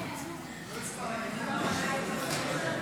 לישראל ושירות הביטחון הכללי